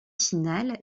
finale